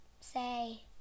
say